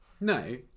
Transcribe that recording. no